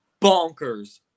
Bonkers